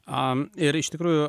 a ir iš tikrųjų